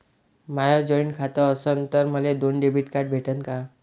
माय joint खातं असन तर मले दोन डेबिट कार्ड भेटन का?